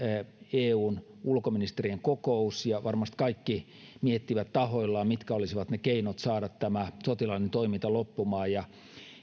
eun ulkoministerien kokous ja varmasti kaikki miettivät tahoillaan mitkä olisivat ne keinot saada tämä sotilaallinen toiminta loppumaan ja